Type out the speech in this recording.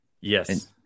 Yes